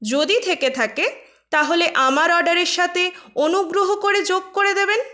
যদি থেকে থাকে তাহলে আমার অর্ডারের সাথে অনুগ্রহ করে যোগ করে দেবেন